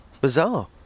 bizarre